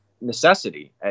necessity